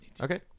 Okay